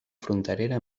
fronterera